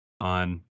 on